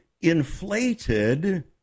inflated